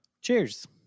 Cheers